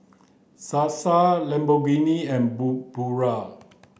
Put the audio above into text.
Sasa Lamborghini and Pura